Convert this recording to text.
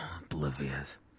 oblivious